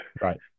right